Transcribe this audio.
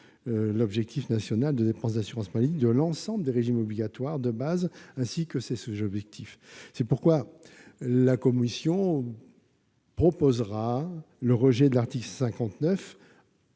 l'objectif national de dépenses d'assurance maladie de l'ensemble des régimes obligatoires de base ainsi que ses sous-objectifs ». C'est la raison pour laquelle la commission proposera le rejet de l'article 59